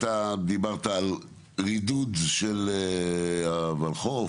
אתה דיברת על רידוד של הולחו"ף,